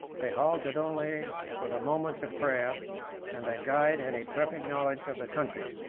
they halted only for the moments of prayer and their guide had a perfect knowledge of the country.